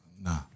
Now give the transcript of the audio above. nah